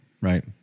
Right